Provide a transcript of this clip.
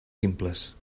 simples